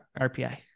RPI